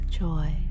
joy